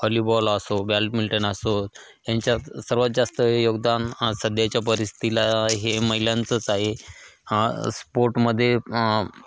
volleyball असो badminton असो ह्यांच्या सर्वात जास्त योगदान सध्याच्या परिस्थतीला हे महिलांचंच आहे स्पोर्टमध्ये